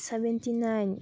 seventy nine